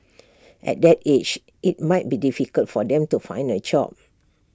at that age IT might be difficult for them to find A job